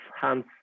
hands